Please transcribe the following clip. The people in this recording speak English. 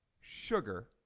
sugar